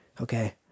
okay